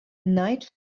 night